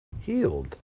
healed